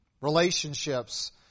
relationships